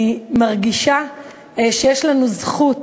אני מרגישה שיש לנו זכות,